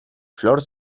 flor